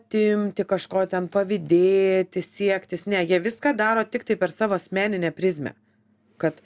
atimti kažko ten pavydėti siektis ne jie viską daro tiktai per savo asmeninę prizmę kad